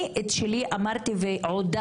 אני את שלי אמרתי ועודדתי,